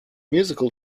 musical